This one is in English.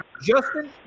Justin